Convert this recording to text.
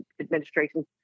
Administration